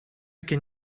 can